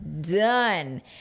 done